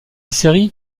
série